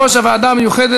אבל הוא הזכיר אותי.